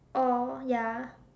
oh ya